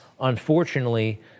unfortunately